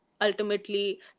ultimately